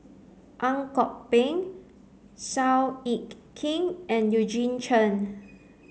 Ang Kok Peng Seow Yit Kin and Eugene Chen